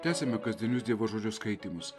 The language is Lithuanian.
tęsiame kasdienius dievo žodžio skaitymus